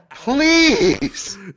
Please